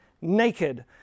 naked